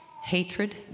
hatred